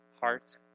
heart